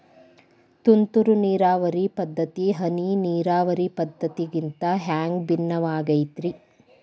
ತುಂತುರು ನೇರಾವರಿ ಪದ್ಧತಿ, ಹನಿ ನೇರಾವರಿ ಪದ್ಧತಿಗಿಂತ ಹ್ಯಾಂಗ ಭಿನ್ನವಾಗಿ ಐತ್ರಿ?